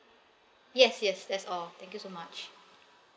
yes yes that's all thank you so much